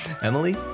Emily